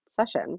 session